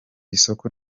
isoko